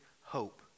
hope